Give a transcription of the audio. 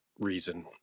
reason